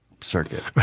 circuit